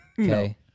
Okay